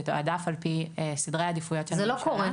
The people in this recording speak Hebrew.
תתועדף על פי סדרי העדיפויות של הממשלה --- זה לא קורה.